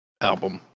Album